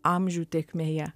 amžių tėkmėje